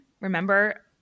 Remember